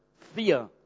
fear